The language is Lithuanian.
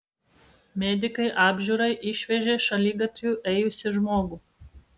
medikai apžiūrai išvežė šaligatviu ėjusį žmogų